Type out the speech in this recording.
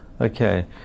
Okay